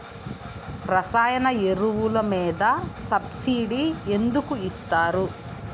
రసాయన ఎరువులు మీద సబ్సిడీ ఎందుకు ఇస్తారు?